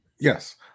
Yes